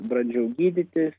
bandžiau gydytis